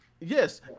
Yes